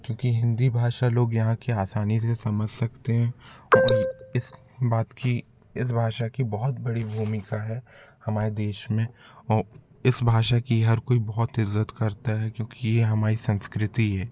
क्योंकि हिन्दी भाषा लोग यहाँ के आसानी से समझ सकते हैं और इस बात की इस भाषा की बहुत बड़ी भूमिका है हमारे देश में और इस भाषा की हर कोई बहुत इज़्ज़त करता है क्योंकि ये हमारी संस्कृति है